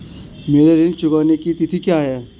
मेरे ऋण चुकाने की तिथि क्या है?